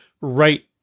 right